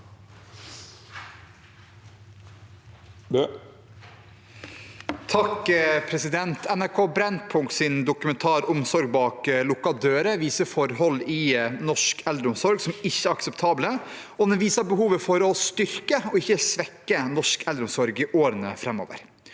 (H) «NRK Brenn- punkt sin dokumentar «Omsorg bak lukkede dører» viser forhold i norsk eldreomsorg som ikke er akseptable, og den viser behovet for å styrke, ikke svekke norsk eldreomsorg i årene framover.